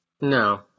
No